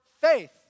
faith